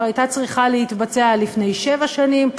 הייתה צריכה להיעשות לפני שבע שנים,